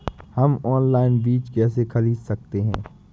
हम ऑनलाइन बीज कैसे खरीद सकते हैं?